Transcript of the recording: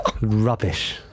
Rubbish